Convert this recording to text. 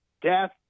death